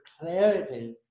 clarity